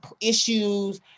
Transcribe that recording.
issues